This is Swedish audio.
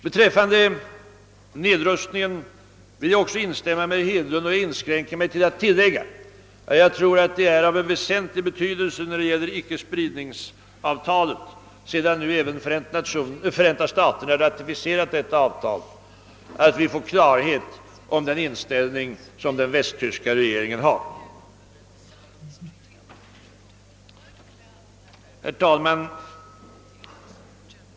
Beträffande nedrustningen vill jag också instämma med herr Hedlund och inskränker mig till att tillägga att jag tror att det är av väsentlig betydelse när det gäller icke-spridningsavtalet, sedan nu även Förenta staterna ratificerat detta avtal, att vi får klarhet om den västtyska regeringens inställning. Herr talman!